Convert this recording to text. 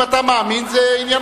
אם אתה מאמין, זה עניינך.